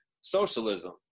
socialism